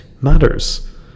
matters